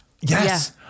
Yes